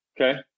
Okay